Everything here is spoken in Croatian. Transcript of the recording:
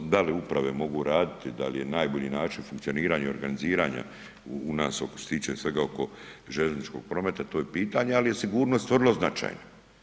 Da li uprave mogu raditi, da li je najbolji način funkcioniranja i organiziranja u nas što se tiče svega oko željezničkog prometa, to je pitanje, ali je sigurnost vrlo značajna.